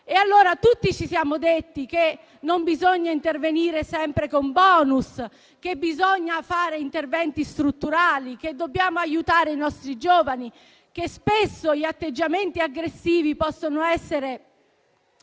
Tutti ci siamo detti che non bisogna intervenire sempre con *bonus,* che bisogna fare interventi strutturali, che dobbiamo aiutare i nostri giovani e che spesso gli atteggiamenti aggressivi possono essere